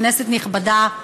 כנסת נכבדה,